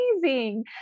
amazing